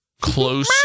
close